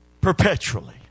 Perpetually